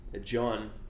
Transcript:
John